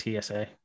TSA